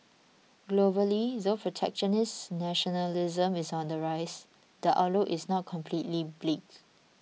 globally though protectionist nationalism is on the rise the outlook is not completely bleak